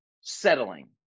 settling